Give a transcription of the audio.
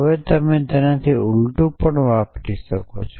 અથવા તો તમે તેને ઊલટું પણ વાપરી શકો છો